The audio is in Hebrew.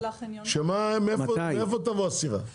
שמאיפה הסירה תבוא?